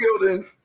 building